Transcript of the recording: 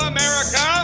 America